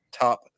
top